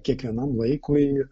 kiekvienam laikui